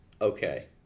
Okay